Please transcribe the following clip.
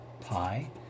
Pi